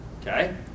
Okay